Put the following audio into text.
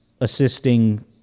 assisting